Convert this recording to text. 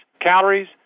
calories